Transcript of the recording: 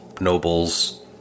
nobles